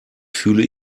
fühle